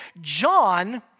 John